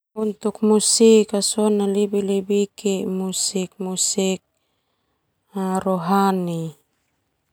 Musik ka sona lebih lebih ke musik-musik rohani.